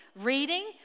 reading